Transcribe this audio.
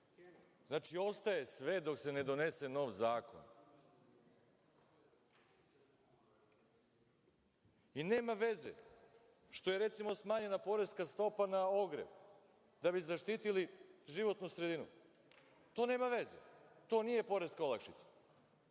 Znači, ostaje sve dok se ne donese nov zakon. Nema veze što je, recimo, smanjena poreska stopa na ogrev da bi zaštitili životnu sredinu. To nema veze, to nije poreska olakšica.